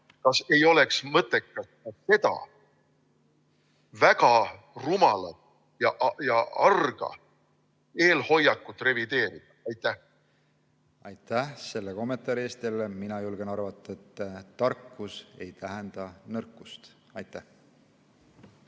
Kas ei oleks mõttekam seda väga rumalat ja arga eelhoiakut revideerida? Aitäh selle kommentaari eest! Mina julgen arvata, et tarkus ei tähenda nõrkust. Aitäh